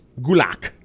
Gulak